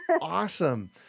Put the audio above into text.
Awesome